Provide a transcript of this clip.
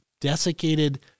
desiccated